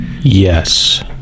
Yes